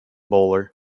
bowler